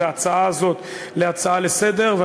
את ההצעה הזאת להצעה לסדר-היום,